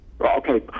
Okay